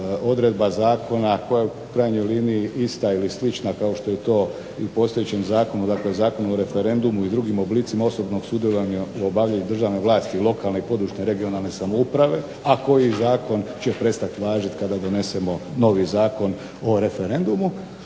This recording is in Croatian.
odredba zakona koja je u krajnjoj liniji ista ili slična kao što je i u postojećem zakonu, dakle Zakonu o referendumu i drugim oblicima osobnog sudjelovanja u obavljanju državne vlasti i lokalne, područne (regionalne) samouprave, a koji zakon će prestati važiti kada donesemo novi Zakon o referendumu,